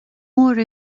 mór